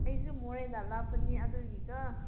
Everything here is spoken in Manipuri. ꯑꯩꯁꯨ ꯃꯣꯔꯦꯗ ꯂꯥꯛꯄꯅꯤ ꯑꯗꯨꯒꯤꯀꯣ